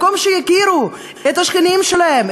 במקום שיכירו את השכנים שלהם,